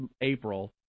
April